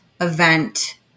event